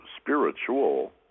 spiritual